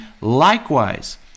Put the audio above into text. Likewise